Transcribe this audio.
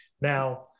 now